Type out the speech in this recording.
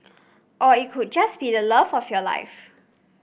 or it could just be the love of your life